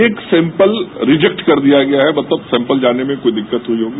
एक sample reject कर दिया गया है मतलब सैंपल जाने में कोई दिक्कत हुई होगी